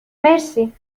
مرسی